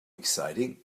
exciting